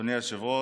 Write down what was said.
אדוני היושב-ראש,